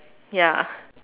ya